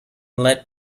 let